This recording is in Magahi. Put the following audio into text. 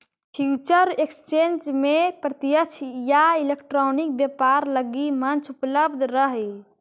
फ्यूचर एक्सचेंज में प्रत्यक्ष या इलेक्ट्रॉनिक व्यापार लगी मंच उपलब्ध रहऽ हइ